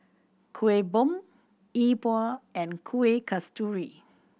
Kueh Bom E Bua and Kuih Kasturi